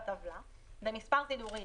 בטבלה במס"ד (10),